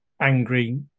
angry